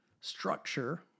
structure